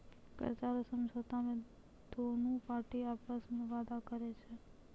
कर्जा रो समझौता मे दोनु पार्टी आपस मे वादा करै छै